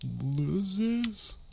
loses